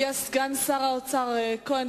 הגיע סגן שר האוצר כהן,